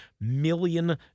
million